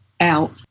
out